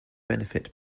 benefit